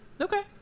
Okay